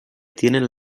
tienen